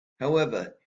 however